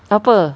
apa